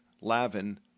Lavin